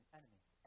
enemies